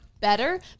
better